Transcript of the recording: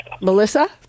Melissa